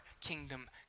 kingdom